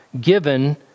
given